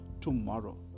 tomorrow